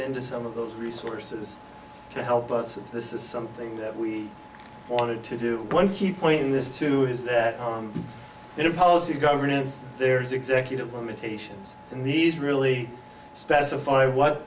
into some of those resources to help us this is something that we wanted to do one key point in this too is that in a policy of governance there is executive limitations and these really specify what